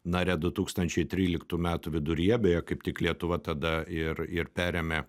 nare du tūkstančiai tryliktų metų viduryje beje kaip tik lietuva tada ir ir perėmė